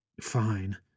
Fine